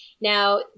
now